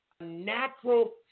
natural